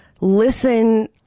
listen